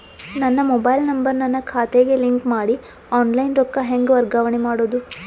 ನನ್ನ mobile number ನನ್ನ ಖಾತೆಗೆ ಲಿಂಕ್ ಮಾಡಿ ಆನ್ಲೈನ್ ರೊಕ್ಕ ಹೆಂಗ ವರ್ಗಾವಣೆ ಮಾಡೋದು?